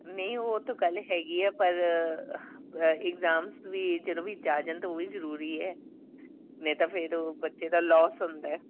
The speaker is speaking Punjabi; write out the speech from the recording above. ਨਹੀਂ ਉਹ ਤੋ ਗੱਲ ਹੈਗੀ ਆ ਪਰ ਅਹ ਇ ਇਗਜ਼ਾਮਸ ਵੀ ਜਦੋਂ ਵਿੱਚ ਆ ਜਾਣ ਤਾਂ ਉਹ ਵੀ ਜ਼ਰੂਰੀ ਹੈ ਨਹੀਂ ਤਾਂ ਫਿਰ ਉਹ ਬੱਚੇ ਦਾ ਲੋਸ ਹੁੰਦਾ